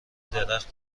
درخت